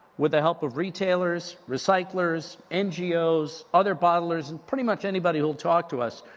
with the help of retailers, recyclers, ngos, other bottlers, pretty much anybody who'll talk to us,